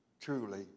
truly